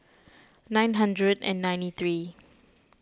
nine hundred and ninety three